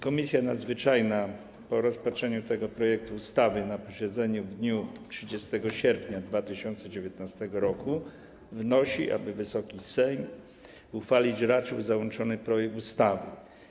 Komisja Nadzwyczajna po rozpatrzeniu tego projektu ustawy na posiedzeniu w dniu 30 sierpnia 2019 r. wnosi, aby Wysoki Sejm uchwalić raczył załączony projekt ustawy.